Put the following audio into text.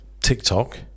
tiktok